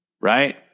right